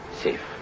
safe